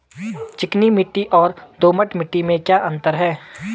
चिकनी मिट्टी और दोमट मिट्टी में क्या अंतर है?